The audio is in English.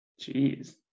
Jeez